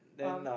um